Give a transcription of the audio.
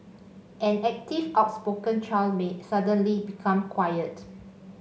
an active outspoken child may suddenly become quiet